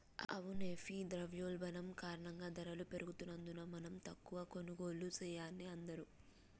అవునే ఘీ ద్రవయోల్బణం కారణంగా ధరలు పెరుగుతున్నందున మనం తక్కువ కొనుగోళ్లు సెయాన్నే అందరూ